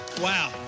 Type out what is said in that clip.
Wow